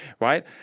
right